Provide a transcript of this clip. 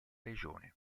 regione